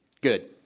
good